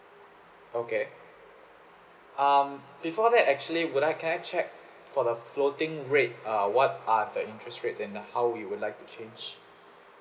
okay um before that actually would I can I check for the floating rate err what are the interest rates and how it will like to change